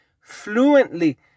fluently